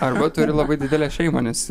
arba turi labai didelę šeimą nes